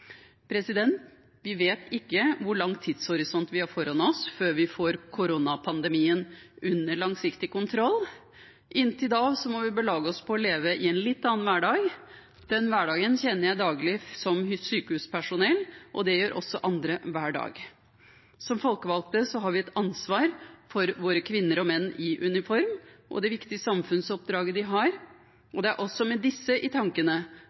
Vi vet ikke hvor lang tidshorisont vi har foran oss før vi får koronapandemien under langsiktig kontroll. Inntil da må vi belage oss på å leve i en litt annen hverdag. Den hverdagen kjenner jeg daglig som sykehuspersonell, og det gjør også andre hver dag. Som folkevalgte har vi et ansvar for våre kvinner og menn i uniform og det viktige samfunnsoppdraget de har. Det er også med disse i tankene